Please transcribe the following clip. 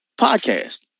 Podcast